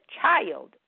child